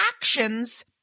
actions